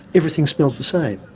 everything smells the same.